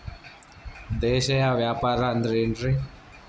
ದೇಶೇಯ ವ್ಯಾಪಾರ ಅಂದ್ರೆ ಏನ್ರಿ?